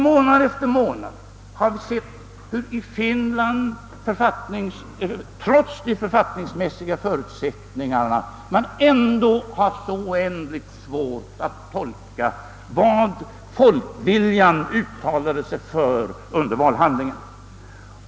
Månad efter månad har vi sett hur man i Finland, trots de författningsmässiga förutsättningarna, ändå har haft så oändligt svårt att tolka vad folket uttalade sig för i valet.